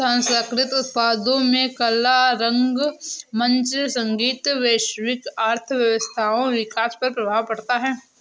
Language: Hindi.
सांस्कृतिक उत्पादों में कला रंगमंच संगीत वैश्विक अर्थव्यवस्थाओं विकास पर प्रभाव पड़ता है